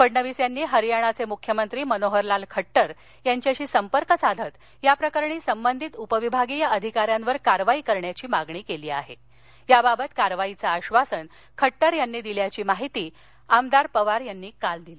फडणवीस यांनी हरियाणाचम्रिख्यमंत्री मनोहरलाल खट्टर यांच्याशी संपर्क साधत याप्रकरणी संबंधित उपविभागीय अधिकारी यांच्यावर कारवाई करण्याची मागणी क्वी आह आबाबत कारवाईचं आश्वासन खट्टर यांनी दिल्याची माहिती आमदार पवार यांनी काल दिली